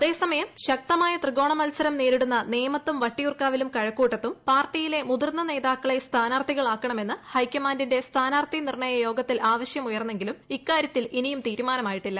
അതേസമയം ശക്തമായ ത്രികോണ മത്സരം നേരിടുന്ന നേമത്തും വട്ടിയൂർക്കാവിലും കഴക്കൂട്ടത്തും പാർട്ടിലെ മുതിർന്ന നേതാക്കളെ സ്ഥാനാർഥികളാക്കണമെന്ന് ഹൈക്കമാൻഡിന്റെ സ്ഥാനാർഥി നിർണയ യോഗത്തിൽ ആവശ്യമുയർന്നെങ്കിലും ഇക്കാര്യത്തിൽ ഇനിയും തീരുമാനമായിട്ടില്ല